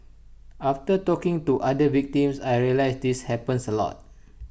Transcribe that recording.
after talking to other victims I realised this happens A lot